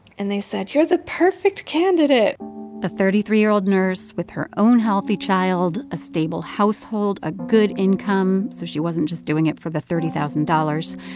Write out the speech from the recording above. and they said, here's a perfect candidate a thirty three year old nurse with her own healthy child, a stable household, a good income so she wasn't just doing it for the thirty thousand dollars.